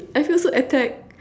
I feel so attacked